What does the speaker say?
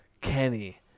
Kenny